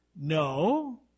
No